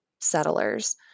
settlers